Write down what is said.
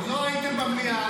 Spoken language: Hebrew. לא הייתם במליאה,